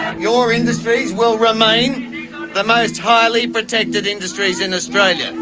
your industries will remain the most highly protected industries in australia.